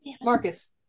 Marcus